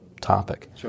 topic